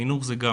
חינוך זה גם